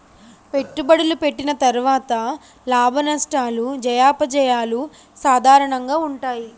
పెట్టుబడులు పెట్టిన తర్వాత లాభనష్టాలు జయాపజయాలు సాధారణంగా ఉంటాయి